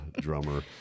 drummer